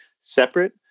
separate